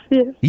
yes